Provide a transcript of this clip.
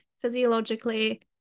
physiologically